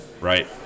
right